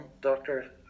doctor